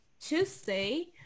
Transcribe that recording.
Tuesday